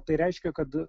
tai reiškia kad